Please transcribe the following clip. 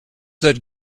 that